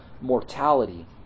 mortality